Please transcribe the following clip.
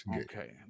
Okay